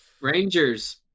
Rangers